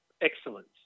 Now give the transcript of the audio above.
excellence